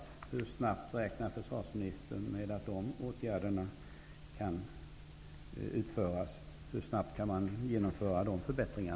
Hur snabbt räknar försvarsministern med att de åtgärderna kan vidtas? Hur snabbt kan man genomföra dessa förbättringar?